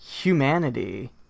humanity